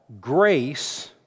grace